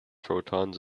protons